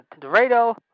Dorado